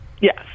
Yes